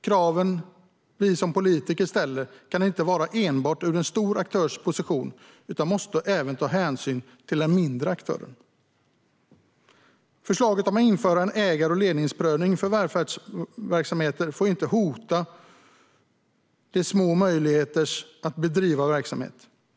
Kraven vi som politiker ställer kan inte enbart vara ur en stor aktörs position utan vi måste även ta hänsyn till en mindre aktör. Förslaget om att införa en ägar och ledningsprövning för välfärdsverksamheter får inte hota de smås möjligheter att bedriva verksamhet.